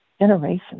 generations